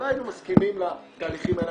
אולי היינו מסכימים לתהליכים האלה.